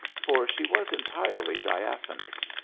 for she was entirely diaphanous,